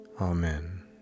Amen